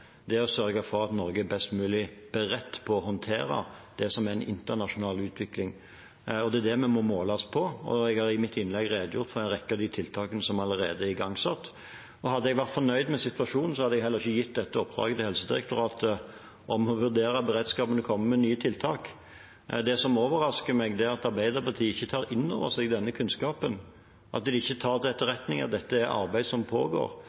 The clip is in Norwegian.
å sørge for at Norge er best mulig beredt til å håndtere det som er en internasjonal utvikling, og det er det vi må måles på. Jeg har i mitt innlegg redegjort for en rekke av de tiltakene som allerede er igangsatt. Hadde jeg vært fornøyd med situasjonen, hadde jeg heller ikke gitt Helsedirektoratet i oppdrag å vurdere beredskapen og komme med nye tiltak. Det som overrasker meg, er at Arbeiderpartiet ikke tar inn over seg denne kunnskapen, at de ikke tar til etterretning at dette er et arbeid som pågår,